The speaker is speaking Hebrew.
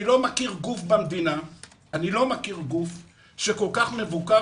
אני לא מכיר גוף במדינה שכל כך מבוקר,